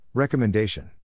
Recommendation